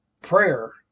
Prayer